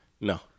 No